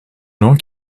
gens